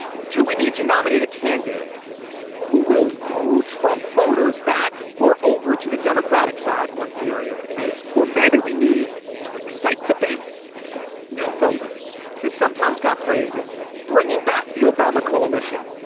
do we need to nominate a candidate who will woo trump voters back or over to the democratic side? one theory of the case, or maybe we need to excite the base with new voters. there's sometimes got phrased as bringing back the obama coalition,